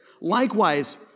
Likewise